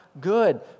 good